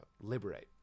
liberate